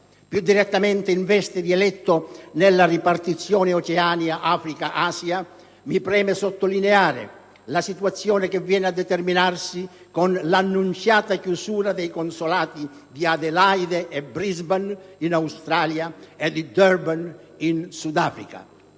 Più direttamente, in veste di eletto nella ripartizione Oceania-Africa-Asia, mi preme sottolineare la situazione che viene a determinarsi con l'annunciata chiusura dei consolati di Adelaide e Brisbane in Australia e di Durban in Sud Africa.